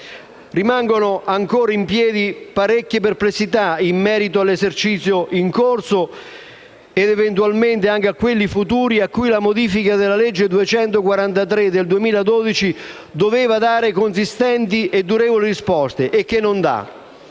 Rimangono ancora in piedi parecchie perplessità in merito all'esercizio in corso, ed eventualmente anche a quelli futuri, cui la modifica della legge n. 243 del 2012 doveva dare consistenti e durevoli risposte che invece non dà.